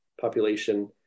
population